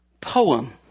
poem